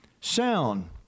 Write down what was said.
sound